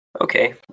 Okay